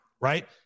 right